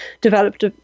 developed